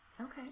Okay